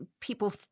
people